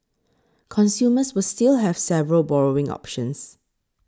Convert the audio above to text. consumers will still have several borrowing options